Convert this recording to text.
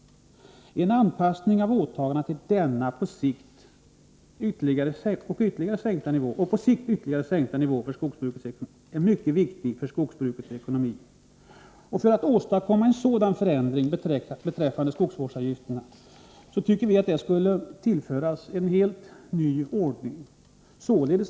En anpassning av åtagandena till denna nivå och en på sikt ytterligare sänkt nivå är mycket viktig för skogsbrukets ekonomi. För att åstadkomma en sådan förändring beträffande skogsvårdsavgifterna anser vi att en helt ny ordning skall införas.